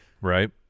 Right